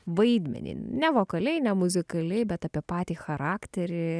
vaidmenį ne vokaliai ne muzikaliai bet apie patį charakterį